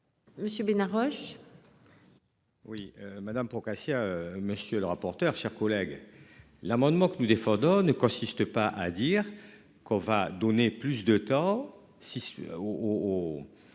Monsieur Bena Roche. Oui Madame Procaccia monsieur le rapporteur, chers collègues. L'amendement que nous défendons ne consiste pas à dire qu'on va donner plus de temps,